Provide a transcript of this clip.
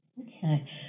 Okay